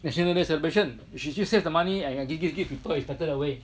National Day celebration should save the money and give give give people affected away